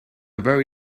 very